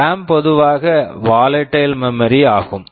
RAM RAM பொதுவாக volatile volatile memory memory ஆகும்